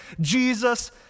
Jesus